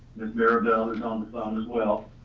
miss riverdale is on the phone as well,